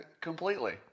Completely